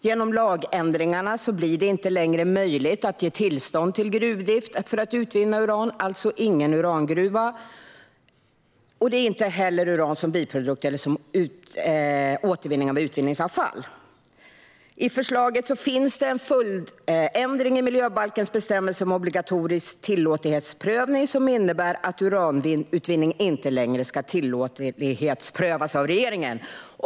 Genom lagändringarna blir det inte längre möjligt att ge tillstånd till gruvdrift för att utvinna uran - alltså ingen urangruva och heller inte uran som biprodukt eller återvinning av utvinningsavfall. I förslaget finns det en följdändring i miljöbalkens bestämmelse om obligatorisk tillåtlighetsprövning som innebär att uranutvinning inte längre ska tillåtlighetsprövas av regeringen.